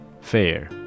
fair